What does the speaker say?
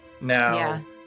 Now